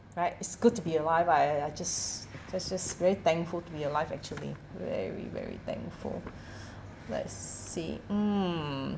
right it's good to be alive I I just just just very thankful to be alive actually very very thankful let's see mm